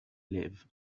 live